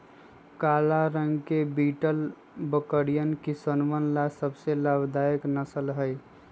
काला रंग के बीटल बकरी किसनवन ला सबसे अधिक लाभदायक नस्ल हई